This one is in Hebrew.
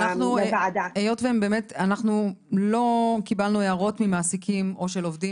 היות ואנחנו לא קיבלנו הערות ממעסיקים או של עובדים,